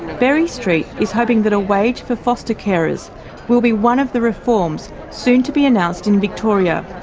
berry street is hoping that a wage for foster carers will be one of the reforms soon to be announced in victoria,